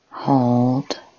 hold